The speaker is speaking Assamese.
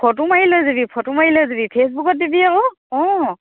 ফটো মাৰি লৈ যাবি ফটো মাৰি লৈ যাবি ফে'চবুকত দিবি আকৌ অঁ